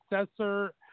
successor